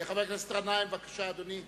חבר הכנסת גנאים, בבקשה, אדוני.